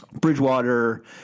Bridgewater